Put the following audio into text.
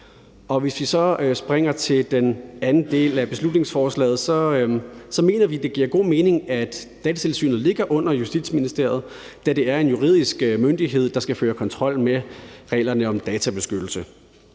Hvis vi så springer over til den anden del af beslutningsforslaget, så mener vi, at det giver god mening, at Datatilsynet ligger under Justitsministeriet, da det er en juridisk myndighed, der skal føre kontrol med reglerne om databeskyttelse.